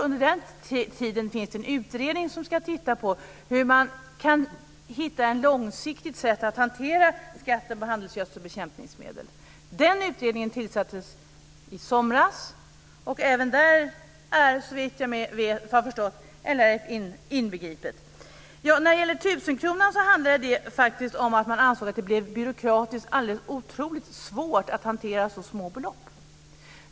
Under den tiden ska en utredning titta på hur man kan hitta ett långsiktigt sätt att hantera skatten på handelsgödsel och bekämpningsmedel. Den utredningen tillsattes i somras. Även där är, såvitt jag har förstått, Beslutet om tusenkronorsgränsen handlade om att man ansåg att det blev byråkratiskt svårt att hantera så små belopp.